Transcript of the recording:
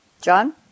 John